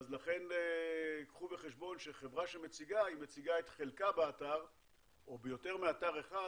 לכן קחו בחשבון כשחברה מציגה היא מציגה את חלקה באתר או ביותר מאתר אחד,